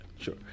Sure